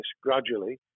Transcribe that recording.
gradually